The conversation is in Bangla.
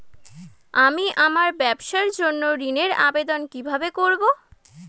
আমি আমার ব্যবসার জন্য ঋণ এর আবেদন কিভাবে করব?